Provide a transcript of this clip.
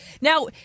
Now